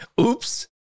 oops